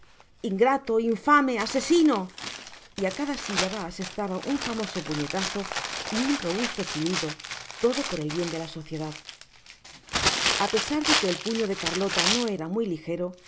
ingrato infame asesino y á cada silaba asestaba un famoso puñetazo y un robusto chillido todo por el bien de la sociedad a pesar de que el puño de carlota no era muy ligero